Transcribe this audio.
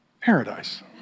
Paradise